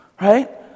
right